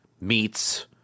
meats